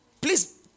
Please